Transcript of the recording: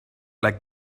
like